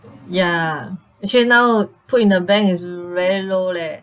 ya actually now put in the bank is very low leh